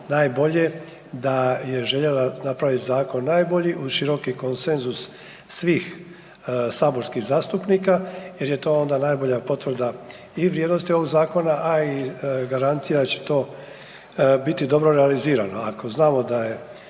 najbolje, da je željela napraviti zakon najbolji uz široki konsenzus svih saborskih zastupnika jer je to onda najbolja potvrda i vrijednosti ovog zakona, a i garancija da će to biti dobro realizirano. Ako znamo da je